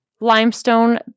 limestone